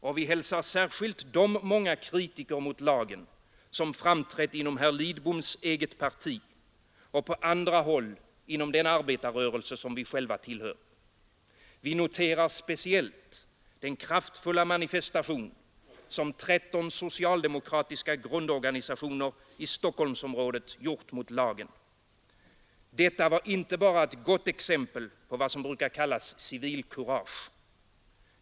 Och vi hälsar särskilt de många kritiker mot lagen som framträtt inom herr Lidboms eget parti och på andra håll inom den arbetarrörelse som de själva tillhör. Vi noterar speciellt den kraftfulla manifestation som 13 socialdemokratiska grundorganisationer i Stockholmsområdet gjort mot lagen. Detta var inte bara ett gott exempel på vad som brukar kallas civilkurage.